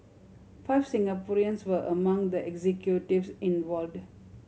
five Singaporeans were among the executives involved